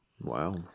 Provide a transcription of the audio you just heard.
Wow